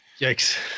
yikes